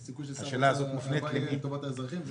יש סיכוי ששר האוצר יפעל לטובת האזרחים?